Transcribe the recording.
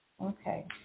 okay